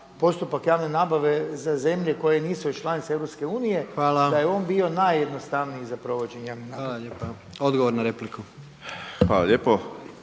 postupak javne nabave za zemlje koje nisu članice EU da je on bio najjednostavniji za provođenje javne nabave. **Jandroković, Gordan (HDZ)** Hvala lijepa.